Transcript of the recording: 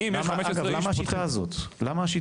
למה השיטה זאת?